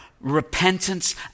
repentance